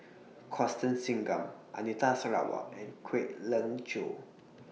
Constance Singam Anita Sarawak and Kwek Leng Joo